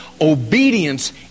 obedience